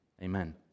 amen